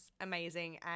amazing